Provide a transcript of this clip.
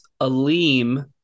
Aleem